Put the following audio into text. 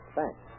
Thanks